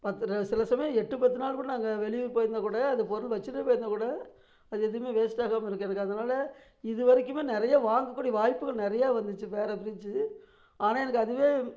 பத்து சில சமயம் எட்டு பத்து நாள் கூட நாங்கள் வெளியூர் போயிருந்தால் கூட அது பொருள் வச்சிட்டு போயிருந்தால் கூட அது எதுவுமே வேஸ்டாகாம இருக்கும் எனக்கு அதனால இது வரைக்குமே நிறைய வாங்கக்கூடிய வாய்ப்புகள் நிறையா வந்துச்சு வேறு ஃப்ரிட்ஜி ஆனால் எனக்கு அதுவே